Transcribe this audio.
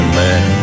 man